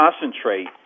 concentrate